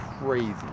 crazy